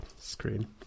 screen